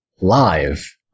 live